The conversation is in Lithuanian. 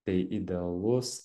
tai idealus